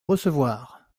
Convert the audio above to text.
recevoir